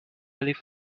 leave